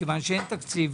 כי אין תקציב